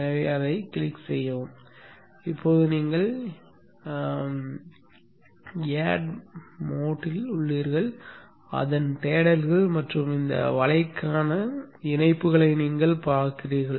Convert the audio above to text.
எனவே அதைக் கிளிக் செய்யவும் இப்போது நீங்கள் add நெட் மோட் ல் உள்ளீர்கள் அதன் தேடல்கள் மற்றும் இந்த வலைக்கான இணைப்புகளை நீங்கள் பார்க்கிறீர்கள்